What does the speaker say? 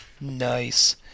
Nice